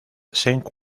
saint